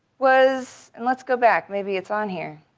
was and let's go back, maybe it's on here.